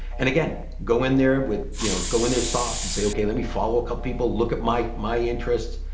and again, go in there with, you know go in there soft and say, okay, let me follow a couple people, look at my my interest,